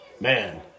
man